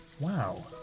Wow